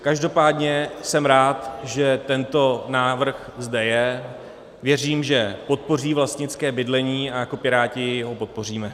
Každopádně jsem rád, že tento návrh zde je, věřím, že podpoří vlastnické bydlení, a jako Piráti ho podpoříme.